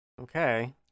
okay